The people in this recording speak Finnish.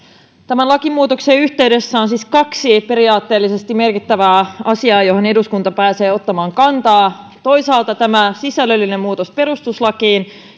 tämän lakimuutoksen yhteydessä on siis kaksi periaatteellisesti merkittävää asiaa joihin eduskunta pääsee ottamaan kantaa toisaalta tämä sisällöllinen muutos perustuslakiin